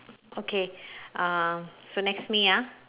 okay uh so next me ah